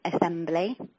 Assembly